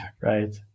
Right